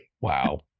Wow